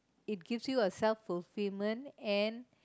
it gives you a self fulfillment and